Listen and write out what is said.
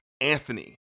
Anthony